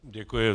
Děkuji.